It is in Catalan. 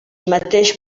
mateix